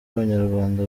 abanyarwanda